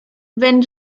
when